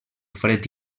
fred